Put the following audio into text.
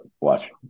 Watch